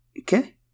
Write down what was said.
Okay